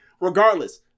regardless